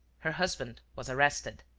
her husband was arrested.